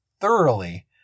thoroughly